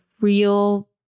real